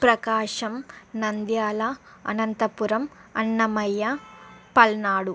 Prakasam Nandyal Anantapuram Annamayya Palnadu